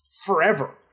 Forever